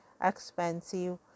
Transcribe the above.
expensive